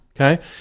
Okay